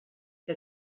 que